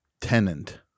tenant